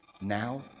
now